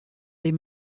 des